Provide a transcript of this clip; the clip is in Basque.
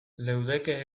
leudeke